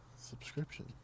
subscription